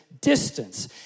distance